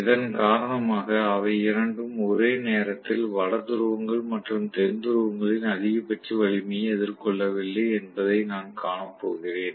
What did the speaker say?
இதன் காரணமாக அவை இரண்டும் ஒரே நேரத்தில் வட துருவங்கள் மற்றும் தென் துருவங்களின் அதிகபட்ச வலிமையை எதிர்கொள்ளவில்லை என்பதை நான் காணப்போகிறேன்